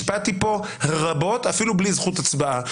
השפעתי פה רבות, אפילו בלי זכות הצבעה.